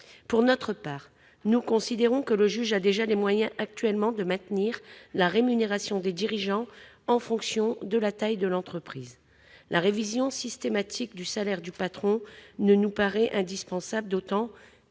Pour notre part, nous considérons que le juge a d'ores et déjà les moyens de maintenir la rémunération des dirigeants en fonction de la taille de l'entreprise. La révision systématique du salaire du patron ne nous paraît pas indispensable, d'autant